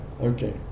okay